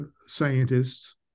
scientists